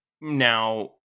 Now